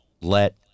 let